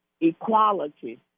equality